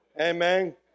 amen